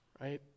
Right